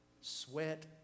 sweat